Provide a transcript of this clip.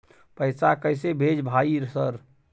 पैसा कैसे भेज भाई सर?